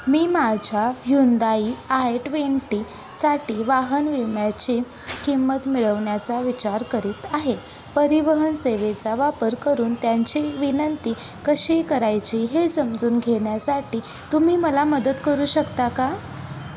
मी माझ्या Hyundai i ट्वेंटीसाठी वाहन विम्याची किंमत मिळवण्याचा विचार करीत आहे परिवहन सेवेचा वापर करून त्यांची विनंती कशी करायची हे समजून घेण्यासाठी तुम्ही मला मदत करू शकता का